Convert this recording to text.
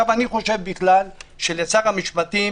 אני חושב שלשר המשפטים